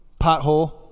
pothole